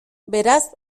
beraz